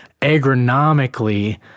agronomically